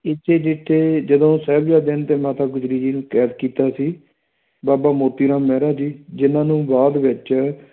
ਇਥੇ ਜਿੱਥੇ ਜਦੋਂ ਸਾਹਿਬਜ਼ਾਦਿਆਂ ਨੂੰ ਅਤੇ ਮਾਤਾ ਗੁਜਰੀ ਜੀ ਨੂੰ ਕੈਦ ਕੀਤਾ ਸੀ ਬਾਬਾ ਮੋਤੀ ਰਾਮ ਮਹਿਰਾ ਜੀ ਜਿਨ੍ਹਾਂ ਨੂੰ ਬਾਅਦ ਵਿੱਚ